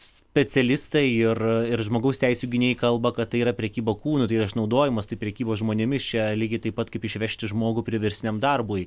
specialistai ir ir žmogaus teisių gynėjai kalba kad tai yra prekyba kūnu tai yra išnaudojimas tai prekybos žmonėmis čia lygiai taip pat kaip išvežti žmogų priverstiniam darbui